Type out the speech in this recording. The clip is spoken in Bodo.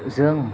जों